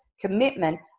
commitment